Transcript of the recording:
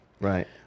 Right